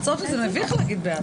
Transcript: הצבעה מס' 8 בעד ההסתייגות 5 נגד,